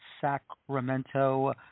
Sacramento